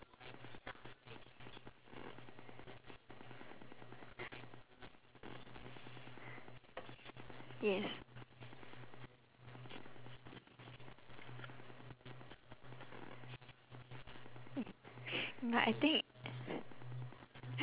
yes but I think